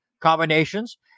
combinations